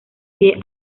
pie